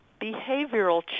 behavioral